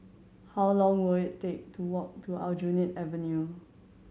how long will it take to walk to Aljunied Avenue